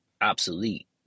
obsolete